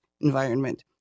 environment